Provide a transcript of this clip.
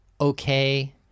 okay